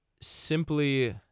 Simply